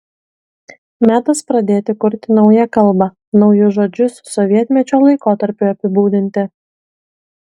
metas pradėti kurti naują kalbą naujus žodžius sovietmečio laikotarpiui apibūdinti